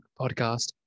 podcast